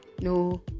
No